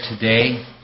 today